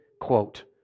quote